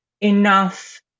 enough